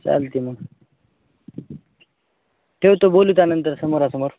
चालते मग ठवतो बोलू त्यानंतर समोरा समोर